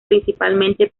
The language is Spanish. principalmente